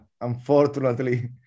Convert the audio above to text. Unfortunately